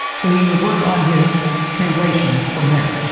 so, he would work on his translations from there.